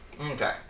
Okay